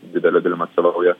didele dalim atstovauja